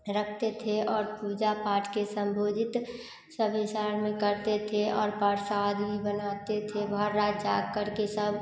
रखते थे और पूजा पाठ के सम्बोधित सभी शरण में करते थे और प्रसाद भी बनाते थे भर रात जाग करके सब